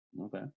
okay